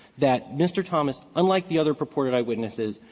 that mr. thomas, unlike the other purported eyewitnesses,